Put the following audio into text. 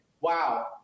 wow